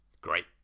great